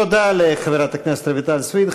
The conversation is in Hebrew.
תודה לחברת הכנסת רויטל סויד.